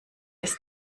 ist